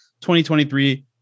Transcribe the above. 2023